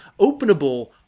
openable